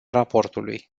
raportului